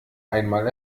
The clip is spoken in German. einmal